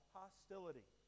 hostility